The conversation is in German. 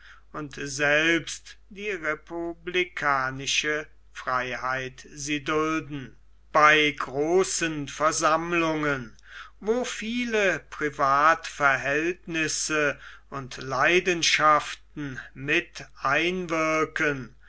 und selbst die republikanische freiheit sie dulden bei großen versammlungen wo viele privatverhältnisse und leidenschaften mit einwirken